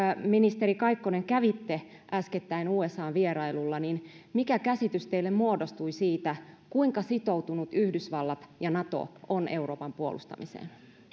ministeri kaikkonen kävitte äskettäin usan vierailulla niin mikä käsitys teille muodostui siitä kuinka sitoutuneita yhdysvallat ja nato ovat euroopan puolustamiseen